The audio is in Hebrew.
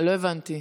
לא הבנתי,